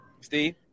Steve